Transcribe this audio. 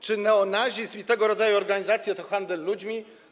Czy neonazizm i tego rodzaju organizacje to handel ludźmi?